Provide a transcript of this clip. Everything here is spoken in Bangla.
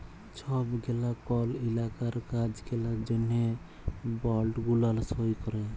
ছব গেলা কল ইলাকার কাজ গেলার জ্যনহে বল্ড গুলান সই ক্যরে